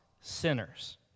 sinners